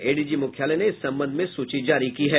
ADG मुख्यालय ने इस संबध में सूची जारी की है